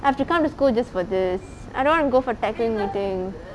I have to come to school just for this I don't want to go for teching meeting